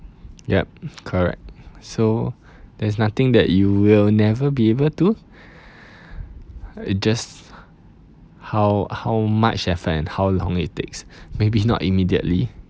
yup correct so there's nothing that you will never be able to just how how much effort and how long it takes maybe not immediately